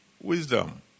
wisdom